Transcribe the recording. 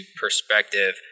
perspective